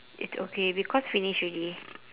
it's okay because finish already